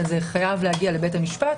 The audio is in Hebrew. זה חייב להגיע לבית המשפט